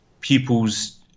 pupils